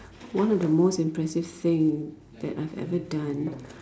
one of the most impressive thing that I've ever done